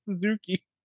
Suzuki